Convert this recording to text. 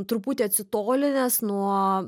truputį atsitolinęs nuo